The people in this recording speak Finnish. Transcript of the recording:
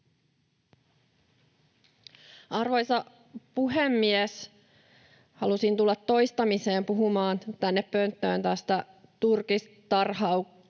Arvoisa puhemies! Halusin tulla toistamiseen puhumaan tänne pönttöön tästä turkistarhaukseen